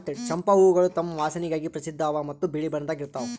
ಚಂಪಾ ಹೂವುಗೊಳ್ ತಮ್ ವಾಸನೆಗಾಗಿ ಪ್ರಸಿದ್ಧ ಅವಾ ಮತ್ತ ಬಿಳಿ ಬಣ್ಣದಾಗ್ ಇರ್ತಾವ್